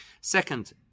Second